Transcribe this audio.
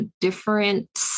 different